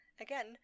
Again